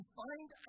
find